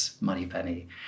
Moneypenny